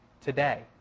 Today